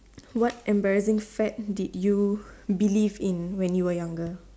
what embarrassing fad did you believe in when you were younger